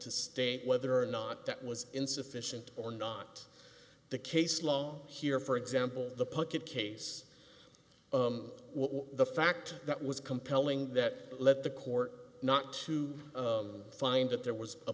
to state whether or not that was insufficient or not the case law here for example the puckett case the fact that was compelling that let the court not to find that there was a